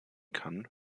kann